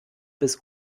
bis